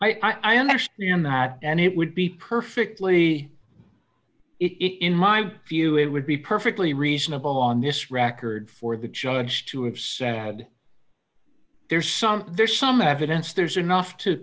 a i understand that and it would be perfectly it in my view it would be perfectly reasonable on this record for the judge to it's sad there's something there's some evidence there's enough to